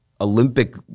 Olympic